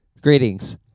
Greetings